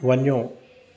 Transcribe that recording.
वञो